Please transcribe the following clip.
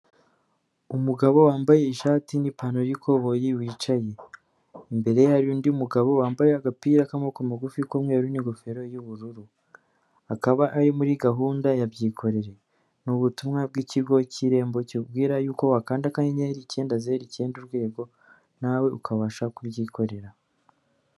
Umugabo wambaye ishati n'ipantaro y'ikoboyi wicaye, imbere hari undi mugabo wambaye agapira k'amaboko magufi k'umweru n'ingofero y'ubururu, akaba ari muri gahunda ya byikorere ni ubutumwa bw'ikigo cy'Irembo kikubwira y'uko wakanda akannyeri icyenda zeru icyenda urwego nawe ukabasha kubyikorera.